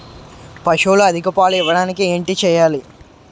పశువులు అధిక పాలు ఇవ్వడానికి ఏంటి చేయాలి